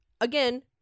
again